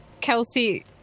Kelsey